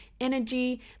energy